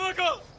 ah go!